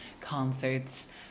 concerts